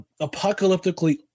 apocalyptically